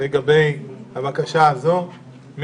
על הקדמת הדיון בהצעת החוק לתיקון פקודת הראיות (מס' 19) (פסילת ראיה),